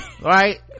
right